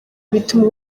bituma